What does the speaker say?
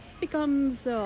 becomes